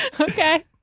Okay